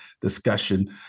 discussion